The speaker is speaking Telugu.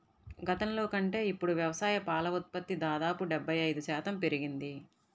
గతంలో కంటే ఇప్పుడు వ్యవసాయ పాల ఉత్పత్తి దాదాపు డెబ్బై ఐదు శాతం పెరిగింది